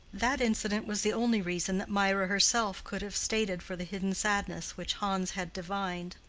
that incident was the only reason that mirah herself could have stated for the hidden sadness which hans had divined.